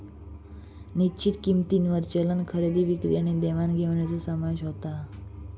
निश्चित किंमतींवर चलन खरेदी विक्री आणि देवाण घेवाणीचो समावेश होता